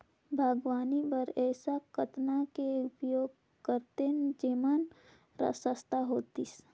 बागवानी बर ऐसा कतना के उपयोग करतेन जेमन सस्ता होतीस?